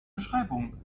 beschreibung